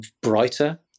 brighter